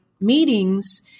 meetings